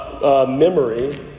Memory